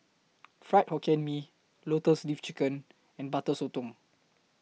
Fried Hokkien Mee Lotus Leaf Chicken and Butter Sotong